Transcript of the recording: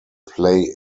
play